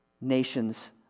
nations